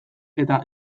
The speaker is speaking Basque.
eta